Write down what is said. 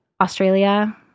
Australia